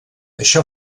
això